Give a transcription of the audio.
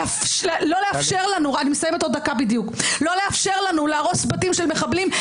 ולא לאפשר לנו להרוס בתים של מחבלים.